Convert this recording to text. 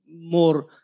more